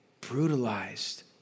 brutalized